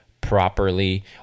properly